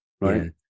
Right